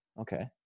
Okay